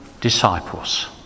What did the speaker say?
disciples